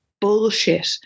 bullshit